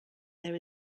there